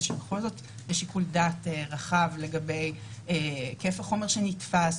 שבכל זאת יש שיקול דעת רחב לגבי היקף החומר שנתפס,